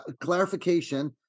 Clarification